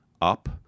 up